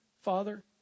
Father